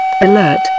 Alert